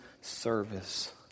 service